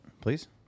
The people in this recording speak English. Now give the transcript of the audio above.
please